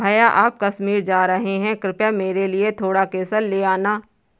भैया आप कश्मीर जा रहे हैं कृपया मेरे लिए थोड़ा केसर ले आना